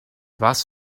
was